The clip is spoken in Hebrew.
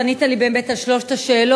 שענית לי באמת על שלוש השאלות,